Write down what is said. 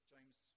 James